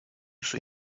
sui